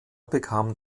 bekam